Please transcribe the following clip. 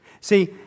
See